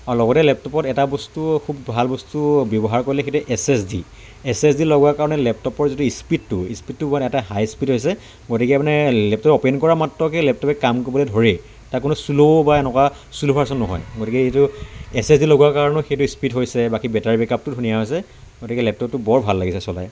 আৰু লগতে লেপটপত এটা বস্তু খুব ভাল বস্তু ব্যৱহাৰ কৰিলে সেইটো হ'ল S S D S S D লগোৱাৰ কাৰণে লেপটপৰ যিটো ইস্পীডটো ইস্পীডটো মানে এটা হাই স্পীড হৈছে গতিকে মানে লেপটপ অপেন কৰা মাত্ৰকে লেপটপে কাম কৰিবলৈ ধৰেই তাত কোনো শ্ল' বা এনেকুৱা শ্ল' ভাৰ্চন নহয় গতিকে এইটো এচ এচ ডি লগোৱাৰ কাৰণেও সেইটো স্পীড হৈছে বাকী বেটাৰী বেকআপটোও ধুনীয়া হৈছে গতিকে লেপটপটো বৰ ভাল লাগিছে চলায়